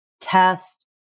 Test